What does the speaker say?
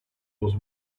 was